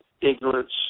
ignorance